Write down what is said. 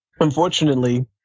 Unfortunately